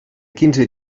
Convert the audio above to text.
quinze